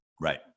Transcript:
Right